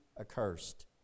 accursed